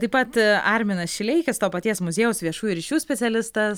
taip pat arminas šileikis to paties muziejaus viešųjų ryšių specialistas